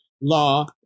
Law